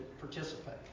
participate